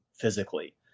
physically